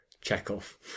Chekhov